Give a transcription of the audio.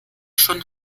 schon